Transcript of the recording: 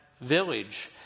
village